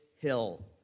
hill